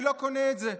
אני לא קונה את זה,